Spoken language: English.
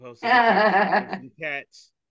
cats